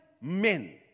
men